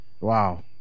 Wow